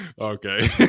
okay